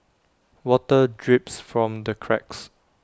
water drips from the cracks